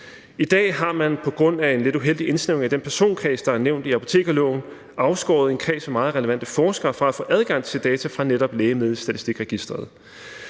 I dag har man på grund af en lidt uheldig indsnævring af den personkreds, der er nævnt i apotekerloven, afskåret en kreds af meget relevante forskere fra at få adgang til data fra netop Lægemiddelstatistikregisteret.